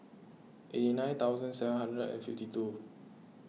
eighty nine thousand seven hundred and fifty two